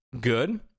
good